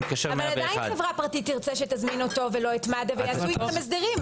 עדיין חברה פרטית תרצה שתזמין אותו ולא את מד"א ויעשו איתך הסדרים,